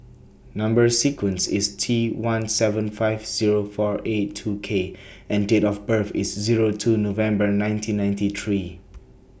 Number sequence IS T one seven five Zero four eight two K and Date of birth IS Zero two November nineteen ninety three